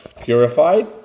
purified